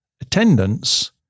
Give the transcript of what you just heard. attendance